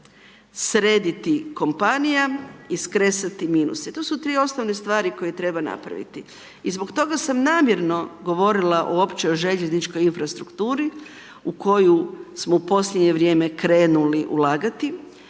srediti kompanije i skresati minuse. To su dvije osnovne stvari koje treba napraviti i zbog toga sam namjerno govorila o općoj željezničkoj infrastrukturi u koju smo u posljednje vrijeme krenuli ulagat,